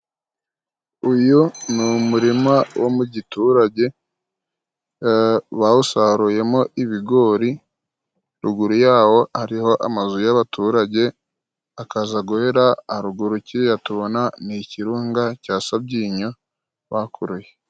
Uyu n'umurima wo mu giturage bawusaruyemo ibigori ruguru yawo hariho amazu y'abaturage akaza guhera haruguru kiriya tubona n'ikirunga cya Sabyinyo bakuruye.